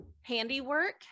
handiwork